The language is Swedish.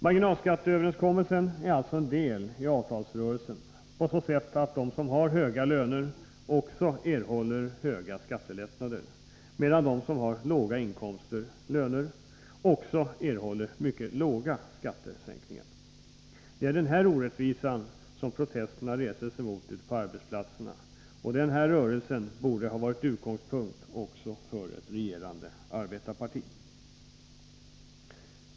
Marginalskatteöverenskommelsen är alltså en del i avtalsrörelsen på så sätt att de som har höga löner också erhåller höga skattelättnader, medan de som har låga inkomster eller löner också erhåller mycket låga skattesänkningar. Det är mot denna orättvisa som protesterna reses ute på arbetsplatserna, och denna rörelse borde har varit utgångspunkt också för ett regerande arbetarparti.